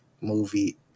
movie